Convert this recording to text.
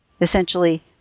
essentially